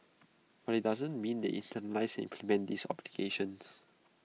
but IT doesn't mean they internalise and implement these obligations